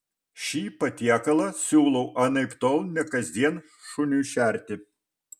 šį patiekalą siūlau anaiptol ne kasdien šuniui šerti